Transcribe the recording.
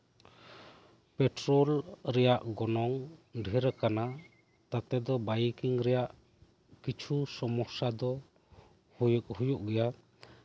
petrol ᱨᱮᱭᱟᱜ ᱜᱚᱱᱚᱝ ᱰᱷᱮᱨ ᱟᱠᱟᱱᱟ ᱛᱟᱛᱮ ᱫᱚ ᱵᱟᱭᱤᱠᱤᱝ ᱨᱮᱭᱟᱜ ᱠᱤᱪᱷᱩ ᱥᱚᱢᱚᱥᱥᱟ ᱫᱚ ᱦᱩᱭᱩᱜ ᱜᱮᱭᱟ